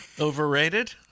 Overrated